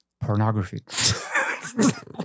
Pornography